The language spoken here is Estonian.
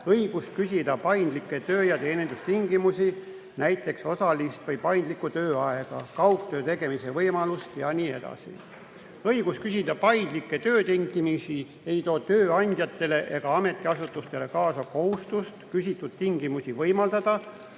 õigust küsida paindlikke töö- ja teenistustingimusi, näiteks osalist või paindlikku tööaega, kaugtöö tegemise võimalust jne. Õigus küsida paindlikke töötingimusi ei too tööandjatele ega ametiasutustele kaasa kohustust küsitud tingimusi võimaldada,